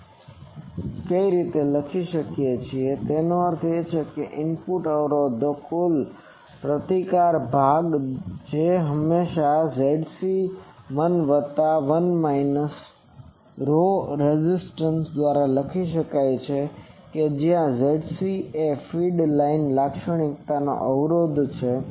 શું છે તે લખી શકીએ છીએ તેનો અર્થ એ છે કે ઇનપુટ અવરોધનો કુલ પ્રતિકારક ભાગ જે હંમેશા Zc 1 વત્તા 1 માઇનસ ρres દ્વારા લખી શકાય છે જ્યાં Zc એ ફીડ લાઇનનો લાક્ષણિકતા અવરોધ છે